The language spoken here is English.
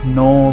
no